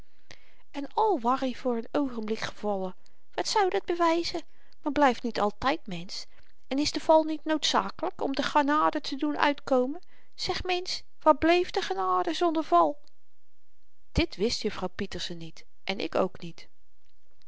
en al waar i voor n oogenblik gevallen wat zou dat bewyzen blyft men niet altyd mensch en is de val niet noodzakelyk om de genade te doen uitkomen zeg mensch waar bleef de genade zonder val dit wist juffrouw pieterse niet en ik ook niet